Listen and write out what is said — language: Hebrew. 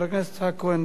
8739,